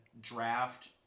draft